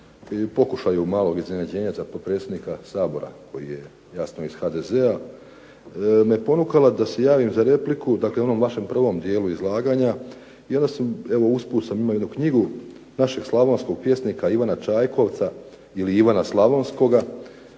pokušaju malog iznenađenja za potpredsjednika SAbora koji je jasno iz HDZ-a me ponukala da se javim za repliku, dakle u onom vašem prvom dijelu izlaganja. Evo usput sam imao jednu knjigu našeg slavonskog pjesnika Ivana Čajkovca ili Ivana Slavonskoga